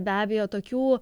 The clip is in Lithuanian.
be abejo tokių